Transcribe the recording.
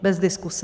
Bez diskuse.